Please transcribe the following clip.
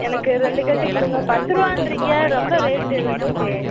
எனக்கு ரெண்டு கட்டு கொடுங்க பத்துரூபான்றிங்க ரொம்ப ரேட்டு வக்கே